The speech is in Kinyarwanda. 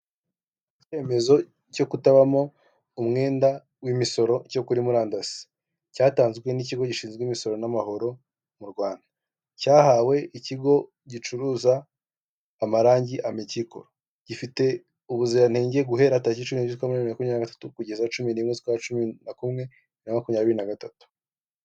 Icyemezo cyo kutabamo umwenda w'imisoro cyo kuri murandasi, cyatanzwe n'ikigo gishinzwe imisoro n'amahoro mu Rwanda, cyahawe ikigo gicuruza amarange ameki koro, gifite ubuziranenge guhera tariki cumi n'ebyiri z'ukwa munani bibiri na makumyabiri na gatatu kugeza cumi n'imwe z'ukwa cumi na kumwe bibiri na makumyabiri na gatatu.